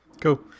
Cool